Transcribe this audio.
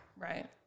Right